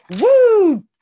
woo